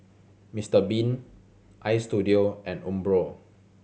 Mister Bean Istudio and Umbro